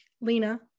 Lena